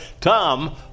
Tom